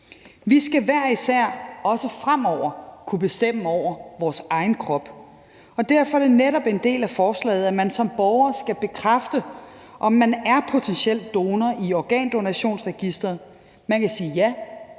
Vi skal hver især, også fremover, kunne bestemme over vores egen krop. Og derfor er det netop en del af forslaget, at man som borger skal bekræfte, om man er potentiel donor, i Organdonorregisteret. Man kan sige ja,